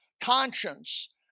conscience